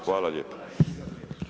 Hvala lijepa.